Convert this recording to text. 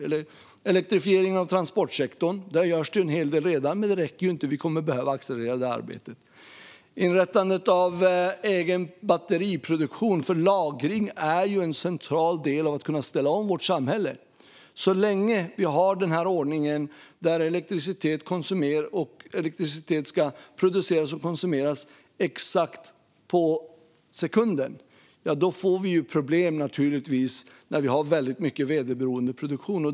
När det gäller en elektrifiering av transportsektorn görs det redan en hel del. Men det räcker inte. Vi kommer att behöva accelerera detta arbete. När det gäller inrättande av en egen batteriproduktion ska jag säga följande. Lagring är en central del av att kunna ställa om vårt samhälle. Så länge vi har ordningen där elektricitet ska produceras och konsumeras exakt på sekunden får vi naturligtvis problem när vi har väldigt mycket väderberoende produktion.